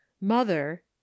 mother